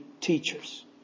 teachers